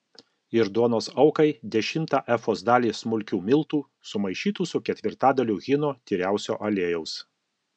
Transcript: ir duonos aukai dešimtą efos dalį smulkių miltų sumaišytų su ketvirtadaliu hino tyriausio aliejaus